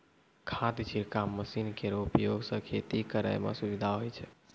खाद छिड़काव मसीन केरो उपयोग सँ खेती करै म सुबिधा होय छै